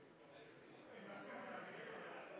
ikke kan ha